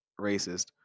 racist